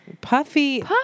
Puffy